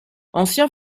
ancien